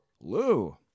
Lou